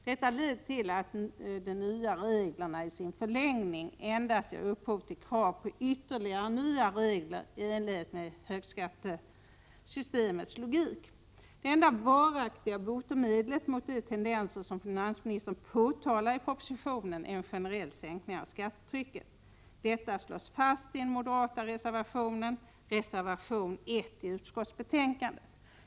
Detta leder till att de nya reglerna i sin förlängning endast ger upphov till krav på ytterligare nya regler, i enlighet med högskattesystemets logik. Det enda varaktiga botemedlet mot de tendenser som finansministern påtalar i propositionen är en generell sänkning av skattetrycket. Detta slås fast i den moderata reservationen 1 till utskottsbetänkandet.